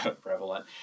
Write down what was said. prevalent